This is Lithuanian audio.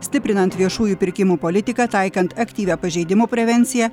stiprinant viešųjų pirkimų politiką taikant aktyvią pažeidimų prevenciją